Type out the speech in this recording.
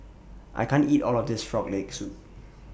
I can't eat All of This Frog Leg Soup